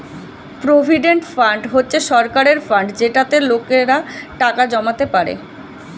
provident fund হচ্ছে সরকারের fund যেটাতে লোকেরা টাকা জমাতে পারে